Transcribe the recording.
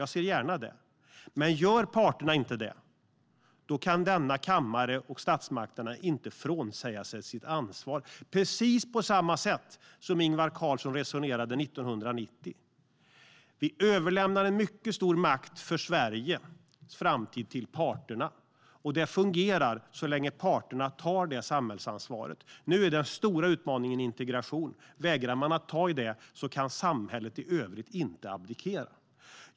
Men om parterna inte gör en sådan överenskommelse kan denna kammare och statsmakterna inte frånsäga sitt ansvar. Det är precis på samma sätt som Ingvar Carlsson resonerade 1990. Vi överlämnar en mycket stor makt för Sveriges framtid till parterna, och det fungerar så länge parterna tar sitt samhällsansvar. Nu är den stora utmaningen integration. Vägrar man att ta i den kan samhället i övrigt inte abdikera.